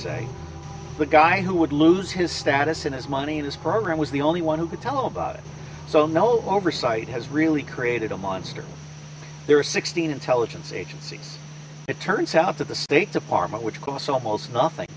a the guy who would lose his status in his money this program was the only one who could tell about it so no oversight has really created a monster there are sixteen intelligence agencies it turns out that the state department which costs almost nothing